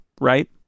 right